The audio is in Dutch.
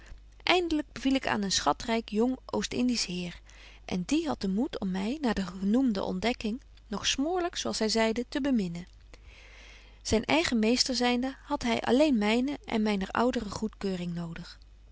eindelyk beviel ik aan een schatryk jong oostindiesch heer en die hadt den moed om my na de genoemde ontdekking nog betje wolff en aagje deken historie van mejuffrouw sara burgerhart smoorlyk zo als hy zeide te beminnen zyn eigen meester zynde hadt hy alleen myne en myner ouderen goedkeuring nodig